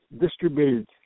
distributed